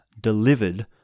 delivered